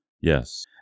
Yes